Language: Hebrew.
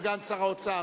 סגן שר האוצר,